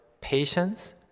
patience